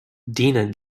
dinah